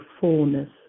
fullness